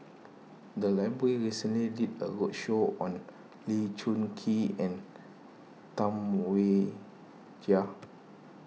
the library recently did a roadshow on Lee Choon Kee and Tam Wai Jia